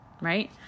right